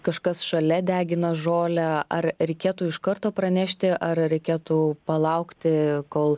kažkas šalia degina žolę ar reikėtų iš karto pranešti ar reikėtų palaukti kol